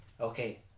Okay